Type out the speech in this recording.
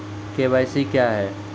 KYC क्या हैं?